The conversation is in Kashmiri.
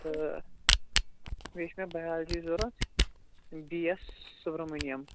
تہٕ بیٚیہِ چھِ مےٚ بیالجی ضروٗرت بی ایس سُبرمنیٖیَم